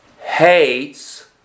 hates